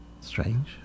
Strange